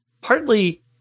partly